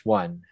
one